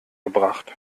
gebracht